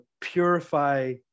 purify